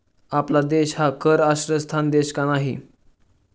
आपला देश हा कर आश्रयस्थान देश का नाही?